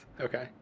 okay